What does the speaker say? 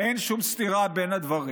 אין שום סתירה בין הדברים.